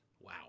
Wow